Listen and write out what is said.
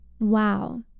Wow